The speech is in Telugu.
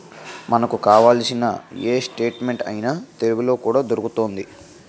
మనకు కావాల్సిన ఏ స్టేట్మెంట్ అయినా తెలుగులో కూడా దొరుకుతోంది